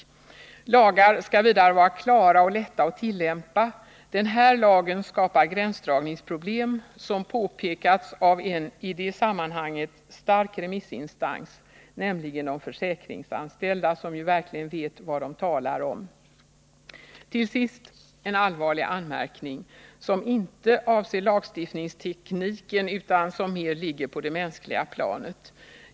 41 Lagar skall vidare vara klara och lätta att tillämpa. Den här lagen skapar gränsdragningsproblem, som påpekats av en i det sammanhanget stark remissinstans, nämligen de försäkringsanställda, som ju verkligen vet vad de talar om. Till sist en allvarlig anmärkning som inte avser lagstiftningstekniken utan som mer ligger på det mänskliga planet.